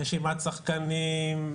רשימת שחקנים,